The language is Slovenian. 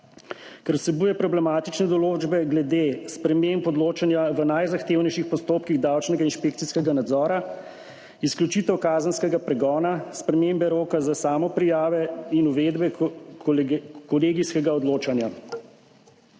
ker vsebuje problematične določbe glede sprememb odločanja v najzahtevnejših postopkih davčnega inšpekcijskega nadzora, izključitev kazenskega pregona, spremembe roka za samoprijave in uvedbe kolegijskega odločanja.